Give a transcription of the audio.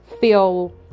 feel